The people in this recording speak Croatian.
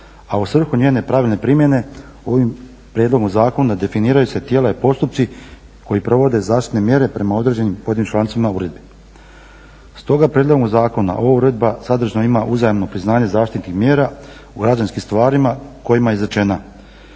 a u svrhu njene pravilne primjene ovim prijedlogom zakona definiraju se tijela i postupci koji provode zaštitne mjere prema određenim pojedinim člancima uredbi. Stoga prijedlogom zakona ova uredba sadržajno ima uzajamno priznanje zaštitnih mjera u građanskim stvarima kojima je izrečena